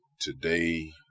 today